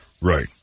Right